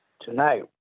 tonight